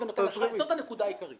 דיברנו על כך כמה פעמים.